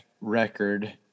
record